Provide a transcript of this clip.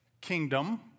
kingdom